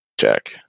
Check